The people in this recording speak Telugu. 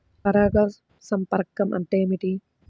పరాగ సంపర్కం అంటే ఏమిటి?